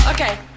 Okay